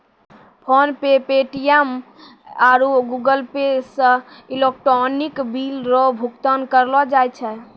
PhonePe Paytm आरु Google Pay से electronic bill रो भुगतान करलो जाय छै